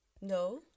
No